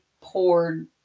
poured